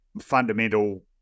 fundamental